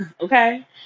Okay